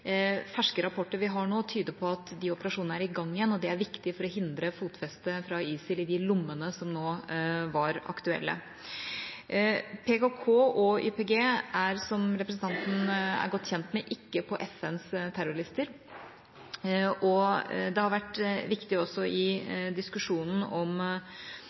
Ferske rapporter vi har nå, tyder på at de operasjonene er i gang igjen, og det er viktig for å hindre ISILs fotfeste i de lommene som nå var aktuelle. PKK og YPG er, som representanten er godt kjent med, ikke på FNs terrorlister, og det har vært viktig i diskusjonen om